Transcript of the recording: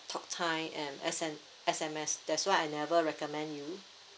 talk time and S N S_M_S that's why I never recommend you